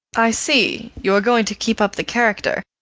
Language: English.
i see you are going to keep up the character.